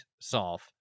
solve